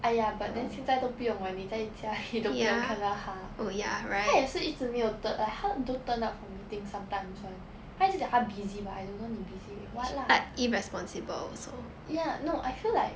!aiya! but then 现在都不用 [what] 你在家里都不用看到她她也是一直没有 turn like 她 don't turn up for meeting sometimes [one] 她一直讲她 busy but I don't know 你 busy with what lah ya no I feel like